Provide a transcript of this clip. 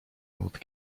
old